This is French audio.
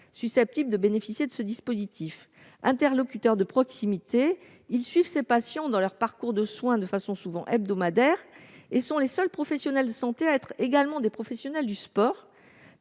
susceptibles de bénéficier de ce dispositif. Interlocuteurs de proximité, ils suivent ces patients dans leur parcours de soins de façon souvent hebdomadaire et sont les seuls professionnels de santé à être également des professionnels du sport